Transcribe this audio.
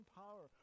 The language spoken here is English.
power